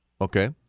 Okay